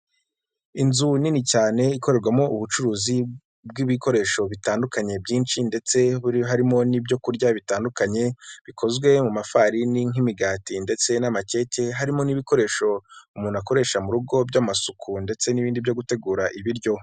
Inzu nini cyane ikorerwamo ubucuruzi bw'ibikoresho bitandukanye byinshi ndetse harimo n'ibyokurya bitandukanye bikozwe mu mafarini nk'imigati ndetse n'amacake harimo n'ibikoresho umuntu akoresha mu rugo by'amasuku ndetse n'ibindi byo gutegura ibiryo.